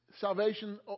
salvation